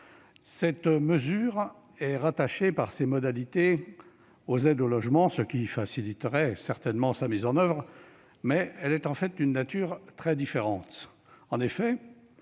Cette mesure est rattachée par ses modalités aux aides au logement, ce qui faciliterait certainement sa mise en oeuvre, mais elle est en fait d'une nature très différente.